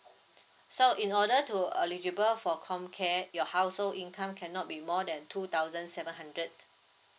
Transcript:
so in order to eligible for comcare your household income cannot be more than two thousand seven hundred